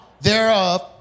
thereof